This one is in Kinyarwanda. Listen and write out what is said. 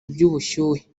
by’ubushyuhe